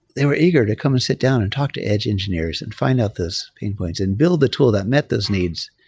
they were eager to come and sit down and talk to edge engineers and find out those pain points and build the tool that met those needs.